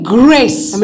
grace